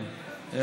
על